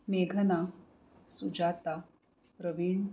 मेघना सुजाता प्रवीण